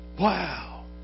wow